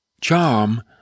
charm